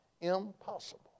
impossible